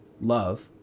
love